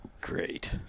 Great